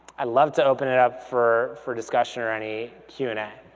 i'd love to open it up for for discussion or any q and a.